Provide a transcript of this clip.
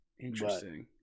Interesting